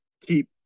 keep